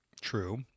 true